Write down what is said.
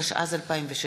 התשע"ז 2016,